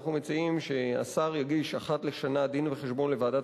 אנחנו מציעים שהשר יגיש אחת לשנה דין-וחשבון לוועדת